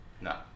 No